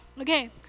Okay